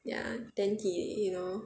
ya then he you know